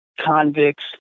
convicts